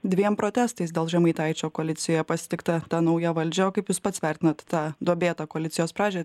dviem protestais dėl žemaitaičio koalicijoje pasitikta ta nauja valdžia o kaip jūs pats vertinat tą duobėtą koalicijos pradžią